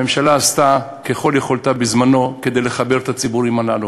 הממשלה עשתה ככל יכולתה בזמנו כדי לחבר את הציבורים הללו.